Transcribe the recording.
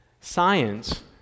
science